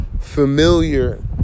Familiar